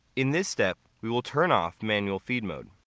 in this step, we will turn off manual feed mode.